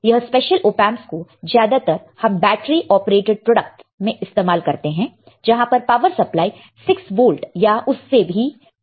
यह special op amps को ज्यादातर हम बैटरी ऑपरेटेड प्रोडक्टस में इस्तेमाल करते हैं जहां पर पावर सप्लाई 6 वोल्ट या उससे भी कम होता है